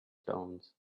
stones